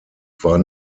war